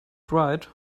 dried